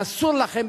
ואסור לכם,